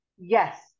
Yes